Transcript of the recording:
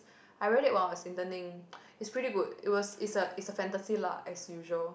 I read it while I was interning it's pretty good it was is a is a fantasy lah as usual